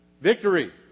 Victory